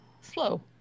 slow